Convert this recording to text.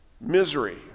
misery